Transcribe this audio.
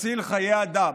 ותציל חיי אדם.